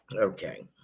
Okay